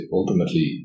ultimately